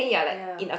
ya